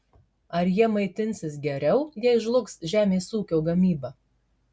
ar jie maitinsis geriau jei žlugs žemės ūkio gamyba